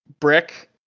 brick